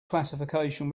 classification